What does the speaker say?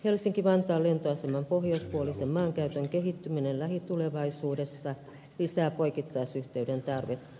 helsinki vantaan lentoaseman pohjoispuolisen maankäytön kehittyminen lähitulevaisuudessa lisää poikittaisyhteyden tarvetta